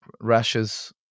rashes